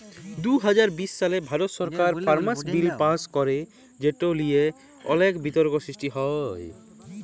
দু হাজার বিশ সালে ভারত সরকার ফার্মার্স বিল পাস্ ক্যরে যেট লিয়ে অলেক বিতর্ক সৃষ্টি হ্যয়